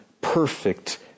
perfect